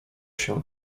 się